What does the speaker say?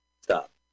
Stop